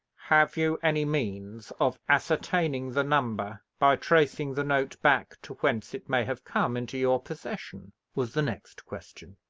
have you any means of ascertaining the number, by tracing the note back to whence it may have come into your possession? was the next question.